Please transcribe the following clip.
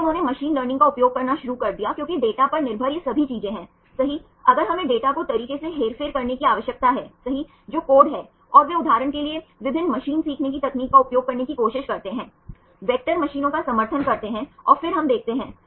फिर उन्होंने machine learning का उपयोग करना शुरू कर दिया क्योंकि डेटा पर निर्भर ये सभी चीजें हैं सही अगर हमें डेटा को तरीके से हेरफेर करने की आवश्यकता है सही जो कोड हैं और वे उदाहरण के लिए विभिन्न मशीन सीखने की तकनीक का उपयोग करने की कोशिश करते हैं वेक्टर मशीनों का समर्थन करते हैं और फिर हम देखते हैं